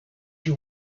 you